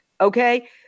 Okay